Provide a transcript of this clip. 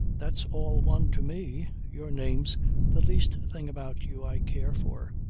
that's all one to me. your name's the least thing about you i care for.